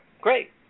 Great